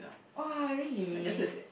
oh really